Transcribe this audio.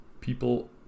people